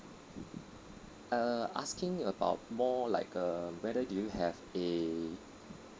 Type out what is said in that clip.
err asking about more like uh whether do you have a